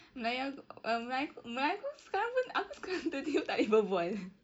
melayu aku err melayu aku melayu aku sekarang pun aku sekarang tiba-tiba tak boleh berbual